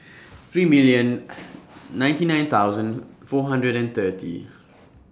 three million ninety nine thousand four hundred and thirty